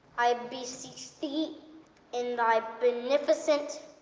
i beseech thee in thy beneficent